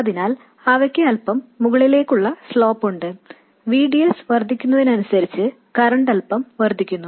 അതിനാൽ അവയ്ക്ക് അല്പം മുകളിലേക്കുള്ള സ്ലോപ്പ് ഉണ്ട് V D S വർദ്ധിക്കുന്നതിനനുസരിച്ച് കറന്റ് അല്പം വർദ്ധിക്കുന്നു